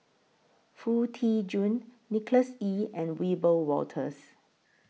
Foo Tee Jun Nicholas Ee and Wiebe Wolters